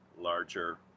larger